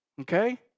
okay